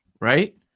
right